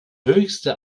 höchste